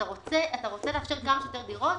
אתה רוצה לאפשר כמה שיותר דירות.